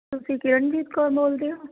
ਤੁਸੀਂ ਕਿਰਨਜੀਤ ਕੌਰ ਬੋਲਦੇ ਹੋ